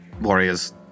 warriors